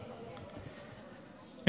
לטובת אזרחי מדינת ישראל.